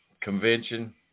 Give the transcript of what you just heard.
convention